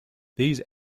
these